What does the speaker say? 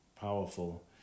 powerful